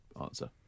answer